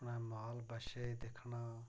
में माल बच्छे गी दिक्खना